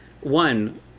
one